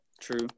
True